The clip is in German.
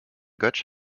götsch